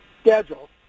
schedule